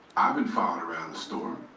i've been followed around the store.